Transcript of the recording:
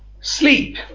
sleep